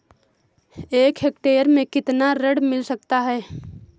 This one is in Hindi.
एक हेक्टेयर में कितना ऋण मिल सकता है?